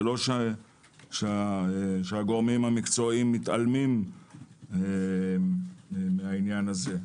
זה לא שהגורמים המקצועיים מתעלמים מהעניין הזה.